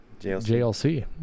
JLC